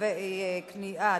תווי קנייה),